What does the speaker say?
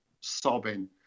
sobbing